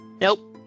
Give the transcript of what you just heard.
Nope